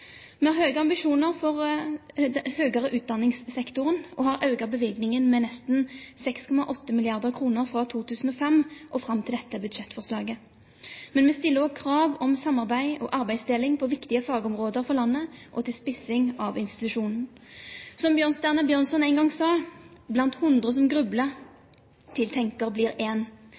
Vi har høye ambisjoner for høyere utdanningssektoren, og har økt bevilgningen med nesten 6,8 mrd. kr fra 2005 og fram til dette budsjettforslaget. Men vi stiller også krav om samarbeid og arbeidsdeling på viktige fagområder for landet og til spissing av institusjonen. Som Bjørnstjerne Bjørnson en gang sa: «Blant hundre som grubler, til tenker blir